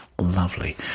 Lovely